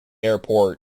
airport